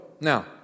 Now